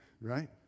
right